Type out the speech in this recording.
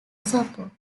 support